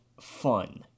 fun